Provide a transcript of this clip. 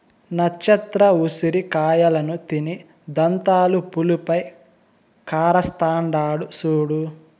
నచ్చత్ర ఉసిరి కాయలను తిని దంతాలు పులుపై కరస్తాండాడు సూడు